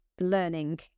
learning